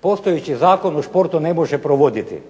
postojeći Zakon o športu ne može provoditi.